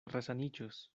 resaniĝos